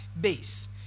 base